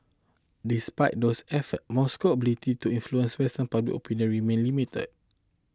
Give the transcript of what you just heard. despite these efforts Moscow's ability to influence western public opinion remains limited